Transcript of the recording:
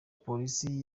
polisi